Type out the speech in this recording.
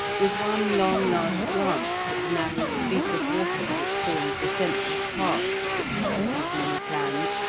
with one long last glance at the narrow streak of water which formed the central part, as it were, of his many plans,